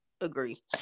agree